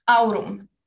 aurum